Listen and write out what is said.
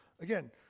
Again